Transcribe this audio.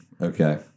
okay